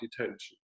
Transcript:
detention